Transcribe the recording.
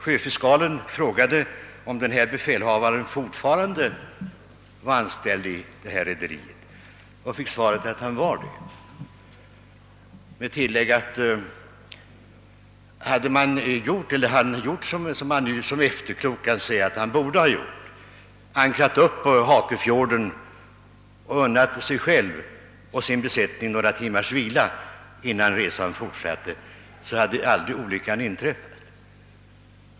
Sjöfiskalen frågade om befälhavaren fortfarande var anställd i rederiet och fick svaret att han var det med tillägget, att om han hade gjort det som man som efterklok måste säga att han borde ha gjort, nämligen ankrat upp på Hakefjorden och unnat sig själv och sin besättning några timmars vila innan resan forsatte, så hade olyckan aldrig inträffat.